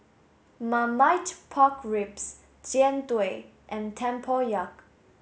marmite pork ribs Jian Dui and Tempoyak